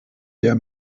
der